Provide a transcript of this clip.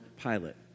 Pilate